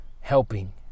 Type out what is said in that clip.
helping